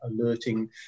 alerting